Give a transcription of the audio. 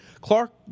Clark